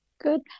Good